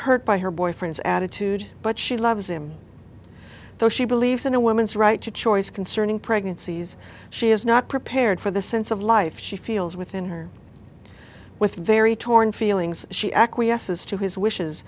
hurt by her boyfriend's attitude but she loves him though she believes in a woman's right to choice concerning pregnancies she is not prepared for the sense of life she feels within her with very torn feelings she acquiesces to his wishes